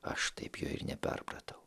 aš taip jo ir neperpratau